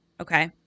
okay